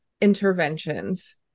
interventions